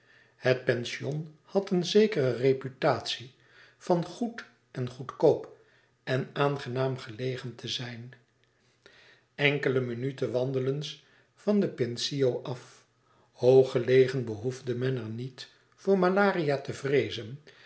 het pension had een zekere reputatie van goed en goedkoop en aangenaam gelegen te zijn enkele minuten wandelens van den pincio af hoog gelegen behoefde men er niet voor malaria te vreezen